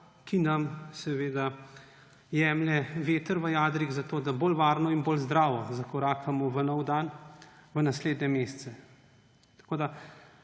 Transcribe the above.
ki nam jemlje veter v jadrih, zato da bolj varno on bolj zdravo zakorakamo v nov dan v naslednje mesece. Še